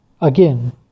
again